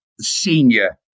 senior